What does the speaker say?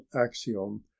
axiom